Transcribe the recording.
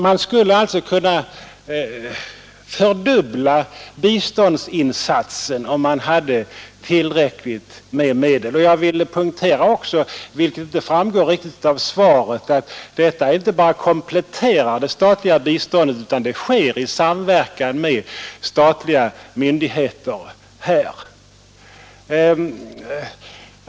Man skulle alltså kunna fördubbla biståndsinsatsen, om man hade tillräckligt med medel, och jag vill poängtera, vilket inte framgår riktigt av svaret, att detta arbete inte bara kompletterar det statliga biståndet utan sker i samverkan med statliga myndigheter.